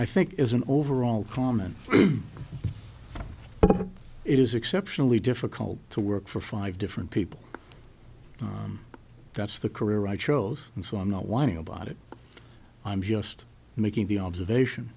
i think it is an overall comment it is exceptionally difficult to work for five different people that's the career i chose and so i'm not whining about it i'm just making the observation